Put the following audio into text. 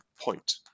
point